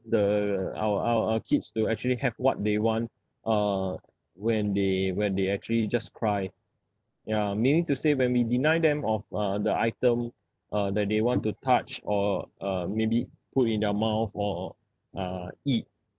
the our our our kids to actually have what they want uh when they when they actually just cry ya meaning to say when we deny them off uh the item uh that they want to touch or uh maybe put in your mouth or uh eat